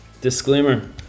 Disclaimer